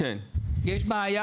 יש בעיה,